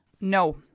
No